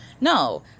No